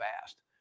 fast